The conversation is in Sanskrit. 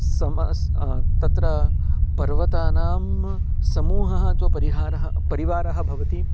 समस् तत्र पर्वतानां समूहः अथवा परिहारः परिवारः भवति